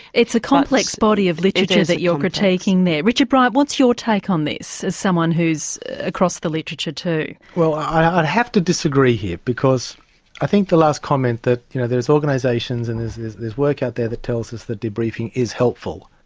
it's a complex body of literature that you're critiquing there. richard bryant what's your take on this, as someone who's across the literature too? well i'd have to disagree here, because i think the last comment that you know there's organisations and there's work out there that tells us that debriefing is helpful.